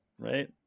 Right